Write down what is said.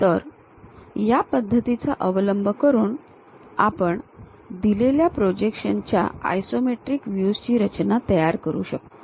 तर या पद्धतीचा अवलंब करून आपण दिलेल्या प्रोजेक्शन्स च्या आयसोमेट्रिक व्ह्यूज ची रचना करू शकतो